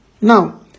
Now